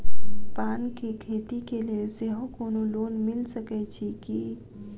पान केँ खेती केँ लेल सेहो कोनो लोन मिल सकै छी की?